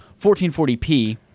1440p